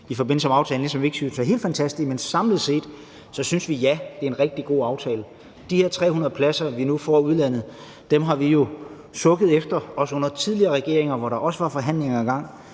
i forbindelse med aftalen, som vi ikke synes er helt fantastiske. Men samlet set synes vi, at ja, det er en rigtig god aftale. De her 300 pladser, vi nu får i udlandet, har vi jo sukket efter, også under tidligere regeringer, hvor der også var forhandlinger i gang.